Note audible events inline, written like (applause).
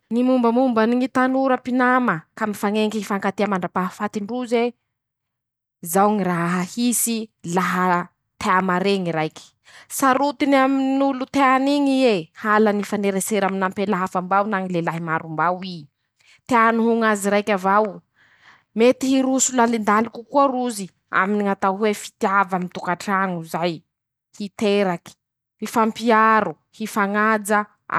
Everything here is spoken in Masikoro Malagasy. Ñy mombamombany ñy tanora mpinama ka mifañenky hifankatia mandrapahafatin-droze ,zao ñy raha hisy: -Laha tea mare ñy raiky :sarotiny aminy ñ'olo teany iñy ie ,halany (shushes) hifanerasera aminy ñ'ampela hafa mbao na ñy lelahy maro mbao i ;teany ho ñ'azy raiky avao ,mety hiroso lalindaliky koa rozy aminy ñy atao hoe fitiava mitoka traño zay (shushes) ;hiteraky ,hifampiaro ,hifañaja a.